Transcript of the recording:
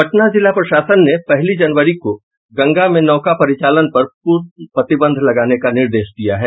पटना जिला प्रशासन ने पहली जनवरी को गंगा में नौका परिचालन पर पूर्ण प्रतिबंध लगाने का निर्देश दिया है